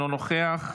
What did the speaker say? אינו נוכח,